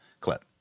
clip